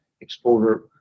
exposure